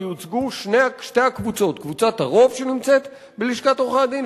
ייוצגו שתי הקבוצות: קבוצת הרוב שנמצאת בלשכת עורכי-הדין,